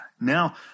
Now